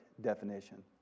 definition